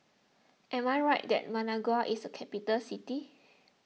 am I right that Managua is a capital city